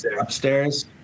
upstairs